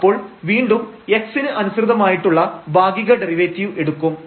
അപ്പോൾ വീണ്ടും x ന് അനുസൃതമായിട്ടുള്ള ഭാഗിക ഡെറിവേറ്റീവ് എടുക്കും